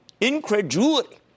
Incredulity